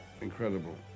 incredible